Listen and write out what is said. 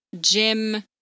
Jim